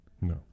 No